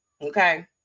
okay